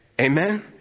Amen